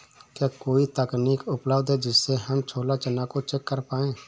क्या कोई तकनीक उपलब्ध है जिससे हम छोला चना को चेक कर पाए?